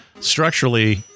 structurally